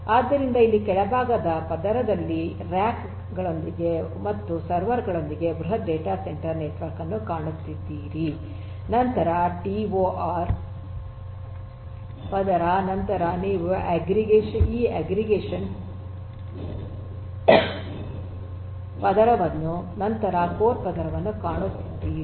ಆದ್ದರಿಂದ ಇಲ್ಲಿ ಕೆಳಭಾಗದ ಪದರದಲ್ಲಿ ರ್ಯಾಕ್ ಗಳೊಂದಿಗೆ ಮತ್ತು ಸರ್ವರ್ ಗಳೊಂದಿಗೆ ಬೃಹತ್ ಡೇಟಾ ಸೆಂಟರ್ ನೆಟ್ವರ್ಕ್ ಅನ್ನು ಕಾಣುತ್ತಿದ್ದೀರಿ ನಂತರ ಟಿಒಆರ್ ಪದರ ನಂತರ ನೀವು ಈ ಅಗ್ರಿಗೇಷನ್ ಪದರವನ್ನು ನಂತರ ಕೋರ್ ಪದರವನ್ನು ಕಾಣುತ್ತಿದ್ದೀರಿ